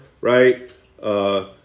right